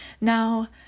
Now